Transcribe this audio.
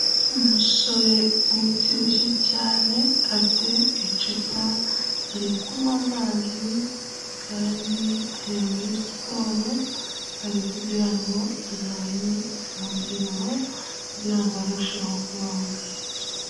Umusore ubyibushye cyane afite icupa ari kunywa amazi kandi ari muri siporo, ari kugira ngo agabanye umubyibuho kugira ngo arusheho kubaho neza.